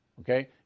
Okay